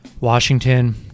Washington